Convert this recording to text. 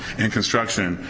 in construction,